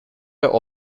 der